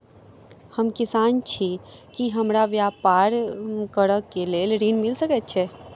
हम किसान छी की हमरा ब्यपार करऽ केँ लेल ऋण मिल सकैत ये?